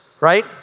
right